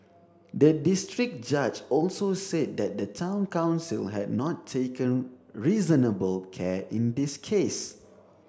the district judge also said that the Town Council had not taken reasonable care in this case